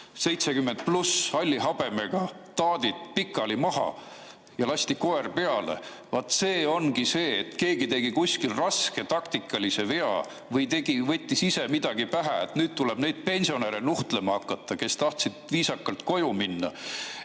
70+ halli habemega taadid pikali maha ja lasti koer peale. Vaat see ongi see, et keegi tegi kuskil raske taktikalise vea või võttis ise midagi pähe, et nüüd tuleb neid pensionäre nuhtlema hakata, kes tahtsid viisakalt koju minna.